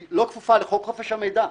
שהיא לא כפופה לחוק חופש המידע.